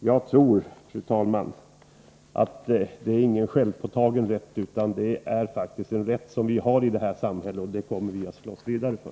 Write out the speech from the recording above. Jag tror, fru talman, inte att det är en självpåtagen rätt; det är faktiskt en rätt som vi har i vårt samhälle, och den kommer vi att fortsätta slåss för.